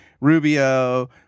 Rubio